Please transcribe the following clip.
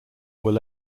were